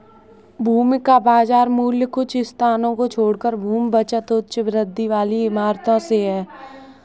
भूमि का बाजार मूल्य कुछ स्थानों को छोड़कर भूमि बचत उच्च वृद्धि वाली इमारतों से है